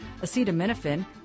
Acetaminophen